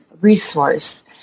resource